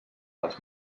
els